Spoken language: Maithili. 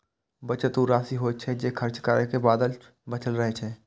बचत ऊ राशि होइ छै, जे खर्च करै के बाद बचल रहै छै